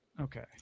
Okay